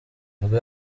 nibwo